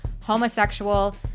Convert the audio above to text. homosexual